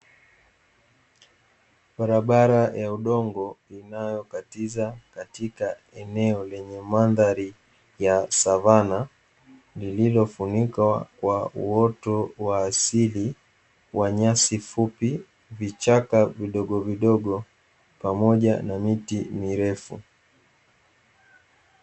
Barabara ya udongo inayokatiza katika eneo lenye mandhari ya savana lililofunikwa kwa uoto wa asili wa nyasi fupi, vichaka vidogo vidogo pamoja na miti mirefu.